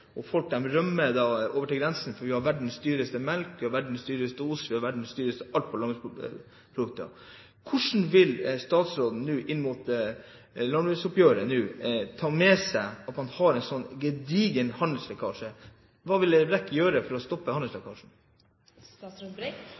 og folk rømmer over grensen fordi vi har verdens dyreste melk og verdens dyreste ost – alt innen landbruksprodukter – hvordan vil statsråden nå, inn mot landbruksoppgjøret, ta med seg at han har en sånn gedigen handelslekkasje? Hva vil Brekk gjøre for å stoppe